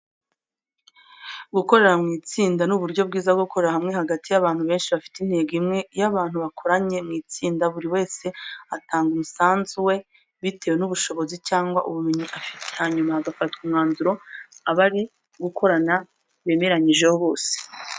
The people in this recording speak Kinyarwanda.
Gukorera mu itsinda ni uburyo bwiza bwo gukorera hamwe hagati y'abantu benshi bafite intego imwe. Iyo abantu bakoranye mu itsinda, buri wese atanga umusanzu we bitewe n'ubushobozi cyangwa ubumenyi afite, hanyuma hagafatwa umwanzuro abari gukorana bemeranyijeho bose.